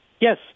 Yes